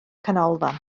canolfan